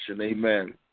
Amen